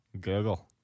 Google